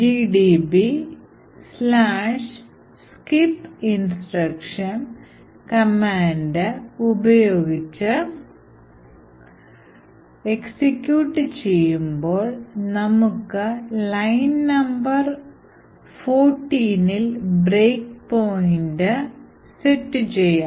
skipinstruction command ഉപയോഗിച്ച് execute ചെയ്യുമ്പോൾ നമുക്ക് line number 14ഇൽ ബ്രേക്ക് പോയിൻറ് സെറ്റ് ചെയ്യാം